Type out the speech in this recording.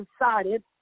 decided